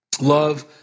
Love